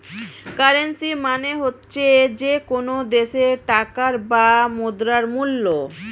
currency মানে হচ্ছে যে কোনো দেশের টাকার বা মুদ্রার মূল্য